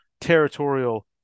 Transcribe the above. territorial